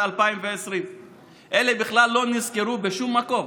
2020. אלה בכלל לא נזכרו בשום מקום.